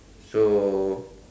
so